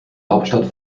hauptstadt